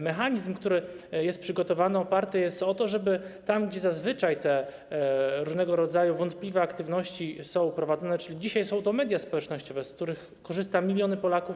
Mechanizm, który jest przygotowany, oparty jest na tym, żeby tam, gdzie zazwyczaj te różnego rodzaju wątpliwe aktywności są prowadzone, czyli dzisiaj są to media społecznościowe, z których korzystają miliony Polaków.